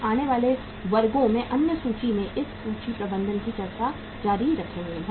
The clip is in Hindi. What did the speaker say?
हम आने वाले वर्गों में अन्य सूची में इस सूची प्रबंधन पर चर्चा जारी रखेंगे